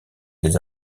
des